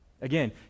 Again